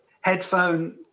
headphone